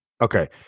Okay